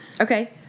Okay